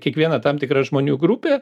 kiekviena tam tikra žmonių grupė